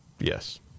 Yes